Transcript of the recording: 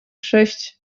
sześć